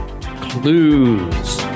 Clues